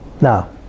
Now